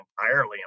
entirely